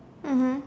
mmhmm